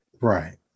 right